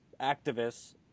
activists